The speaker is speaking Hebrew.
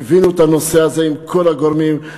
ליווינו את הנושא הזה עם כל הגורמים.